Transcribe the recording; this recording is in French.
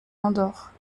andorre